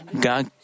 God